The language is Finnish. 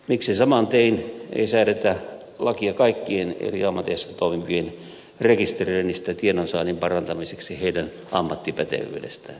miksi saman tien ei säädetä lakia kaikkien eri ammateissa toimivien rekisteröinnistä tiedonsaannin parantamiseksi heidän ammattipätevyydestään